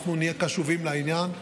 אנחנו נהיה קשובים לעניין.